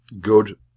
good